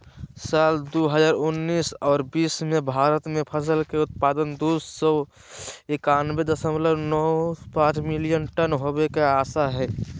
साल दू हजार उन्नीस आर बीस मे भारत मे फसल के उत्पादन दू सौ एकयानबे दशमलव नौ पांच मिलियन टन होवे के आशा हय